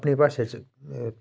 अपनी भाषा च